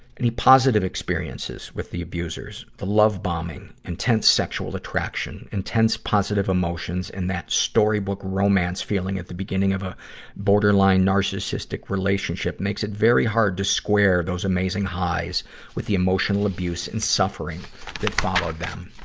any positive experiences with the abusers? the love-bombing. intense sexual attraction. intense, positive emotions and that storybook romance feeling at the beginning of a borderline-narcissistic relationship makes it very hard to square those amazing highs with the emotional abuse and suffering that followed them.